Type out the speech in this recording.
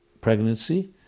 pregnancy